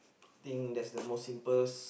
think that's the most simplest